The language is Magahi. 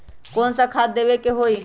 कोन सा खाद देवे के हई?